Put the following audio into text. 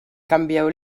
canvieu